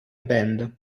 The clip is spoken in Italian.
band